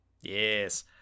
Yes